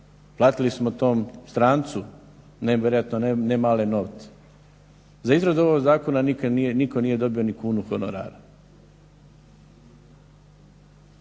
platili smo tom strancu, vjerojatno ne male novce. Za izradu ovog zakona nikad nitko nije dobio ni kunu honorara.